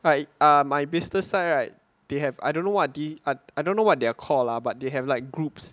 like err my business side right they have I don't know what I don't know what they're called lah but they have like groups